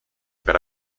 per